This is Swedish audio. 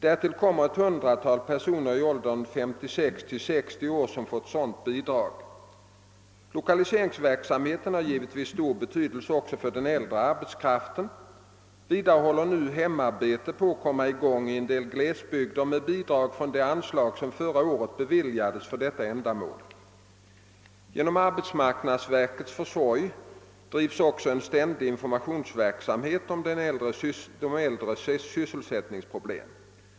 Därtill kom ett hundratal personer i åldern 56—60 år som fått sådant bidrag. Lokaliseringsverksamheten har givetvis stor betydelse också för den äldre arbetskraften. Vidare håller nu hemarbete på att komma i gång i en del glesbygder med bidrag från det anslag som förra året beviljades för detta ändamål. Genom = arbetsmarknadsverkets försorg drivs också en ständig informationsverksamhet om de äldres sysselsättningsproblem.